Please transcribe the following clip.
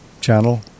channel